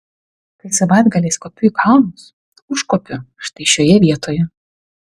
kai savaitgaliais kopiu į kalnus užkopiu štai šioje vietoje